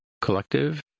collective